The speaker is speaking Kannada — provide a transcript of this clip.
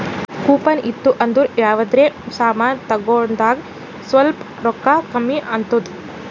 ಕೂಪನ್ ಇತ್ತು ಅಂದುರ್ ಯಾವ್ದರೆ ಸಮಾನ್ ತಗೊಂಡಾಗ್ ಸ್ವಲ್ಪ್ ರೋಕ್ಕಾ ಕಮ್ಮಿ ಆತ್ತುದ್